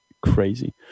Crazy